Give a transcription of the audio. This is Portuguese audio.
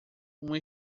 uma